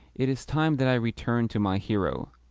it is time that i returned to my hero.